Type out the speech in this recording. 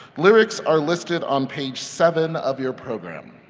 lyrics are listed on page seven of your program.